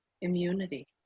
immunity